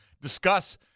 discuss